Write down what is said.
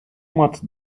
much